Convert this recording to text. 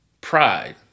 pride